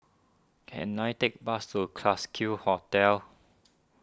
can I take a bus to Classique Hotel